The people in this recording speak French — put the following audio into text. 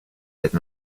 cette